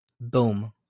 Boom